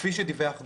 כפי שדיווח גור,